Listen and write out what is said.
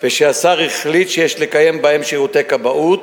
ושהשר החליט שיש לקיים בהם שירותי כבאות,